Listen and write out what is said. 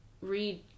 read